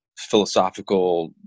philosophical